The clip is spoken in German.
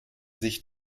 sich